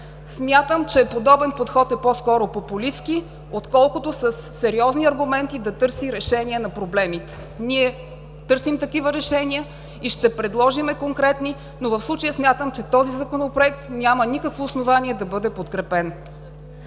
Смятам, че подобен подход е по-скоро популистки, отколкото със сериозни аргументи да търси решение на проблемите. Ние търсим такива решения и ще предложим конкретни, но в случая смятам, че този Законопроект няма никакво основание да бъде подкрепен.